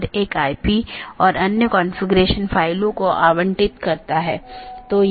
अब एक नया अपडेट है तो इसे एक नया रास्ता खोजना होगा और इसे दूसरों को विज्ञापित करना होगा